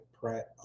Pratt